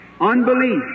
unbelief